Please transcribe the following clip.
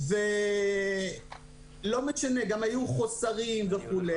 גם היו חוסרים וכו'.